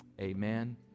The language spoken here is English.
amen